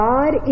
God